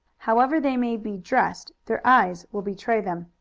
however they may be dressed their eyes will betray them.